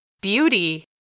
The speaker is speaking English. Beauty